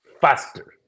faster